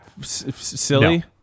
silly